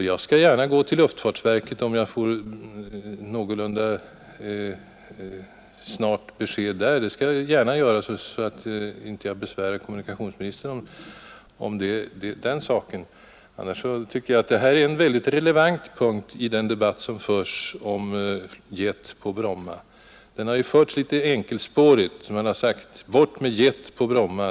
Jag skall gärna gå till luftfartsverket, om jag kan få någorlunda snart besked där, och sålunda inte behöver besvära kommunikationsministern med den här saken. Annars tycker jag att dessa frågor även för honom är högst relevanta i den debatt som förts om jet på Bromma. Den har förts litet enkelspårigt, när man har sagt: Bort med jet på Bromma!